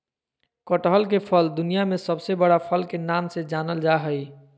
कटहल के फल दुनिया में सबसे बड़ा फल के नाम से जानल जा हइ